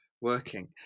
working